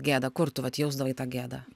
gėda kur tu vat jausdavai tą gėdą